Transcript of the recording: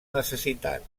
necessitat